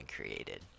created